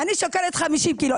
אני שוקלת 50 קילו.